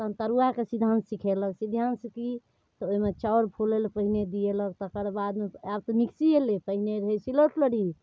तखन तरुआके सिद्धान्त सिखेलक सिद्धान्त कि तऽ ओहिमे चाउर फुलैलए पहिने दिएलक तकर बादमे आब तऽ मिक्सी अएलै पहिने रहै सिलौठ लोढ़ी